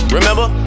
Remember